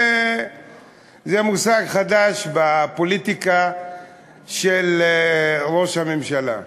זה מושג חדש בפוליטיקה של ראש הממשלה.